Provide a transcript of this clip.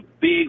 big